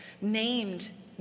named